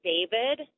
David